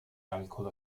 alcol